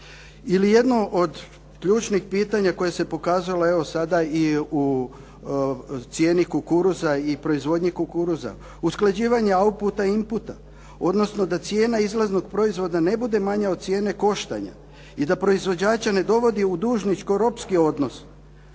Ili jedno od ključnih pitanja koje se pokazalo evo sada i u cijeni kukuruza i proizvodnji kukuruza, usklađivanja autputa i inputa, odnosno da cijena izlaznog proizvoda ne bude manja od cijene koštanja i da proizvođača ne dovodi u dužničko-ropski odnos.